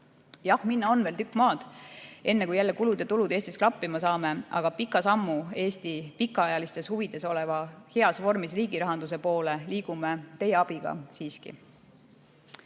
Jah, minna on veel tükk maad, enne kui jälle tulud ja kulud Eestis klappima saame, aga pika sammu Eesti pikaajalistes huvides oleva heas vormis riigirahanduse poole liigume teie abiga siiski.